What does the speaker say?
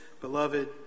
beloved